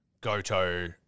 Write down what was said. Goto